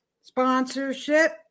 sponsorship